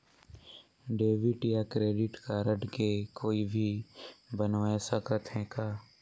Debit या credit card के कोई भी बनवाय सकत है का?